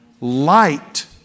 light